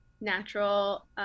natural